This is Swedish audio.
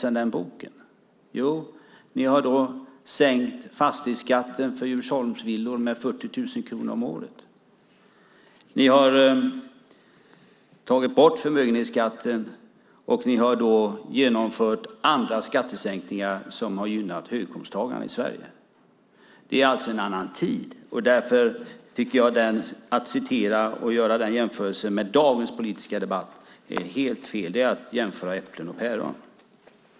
Sedan dess har regeringen nämligen sänkt fastighetsskatten på Djursholmsvillor med 40 000 kronor om året, tagit bort förmögenhetsskatten och genomfört andra skattesänkningar som gynnat höginkomsttagarna i Sverige. Det är nu en annan tid, och därför tycker jag att det är helt fel att göra den jämförelsen med dagens politiska debatt. Det är som att jämföra äpplen och päron.